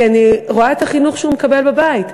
כי אני רואה את החינוך שהוא מקבל בבית,